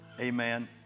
amen